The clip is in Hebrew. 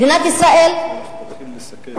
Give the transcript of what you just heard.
תתחילי לסכם.